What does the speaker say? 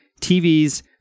TV's